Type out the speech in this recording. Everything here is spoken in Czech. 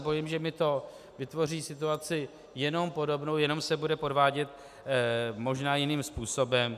Bojím se, že mi to vytvoří situaci jenom podobnou, jenom se bude podvádět možná jiným způsobem.